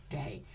day